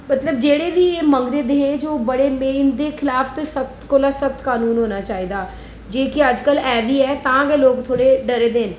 मतलब जेह्ड़े बी एह् मंगदे दाज में बड़ी इं'दे खिसाफ ते सख्त कोला सख्त कनून होना चाहिदा जेह्की अजकल ऐ बी तां दे लोक थोह्ड़े डरे दा न